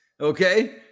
okay